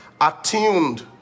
attuned